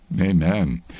Amen